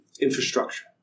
infrastructure